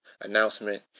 announcement